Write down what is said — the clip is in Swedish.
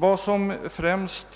Vad som främst